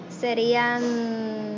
Serían